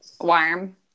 warm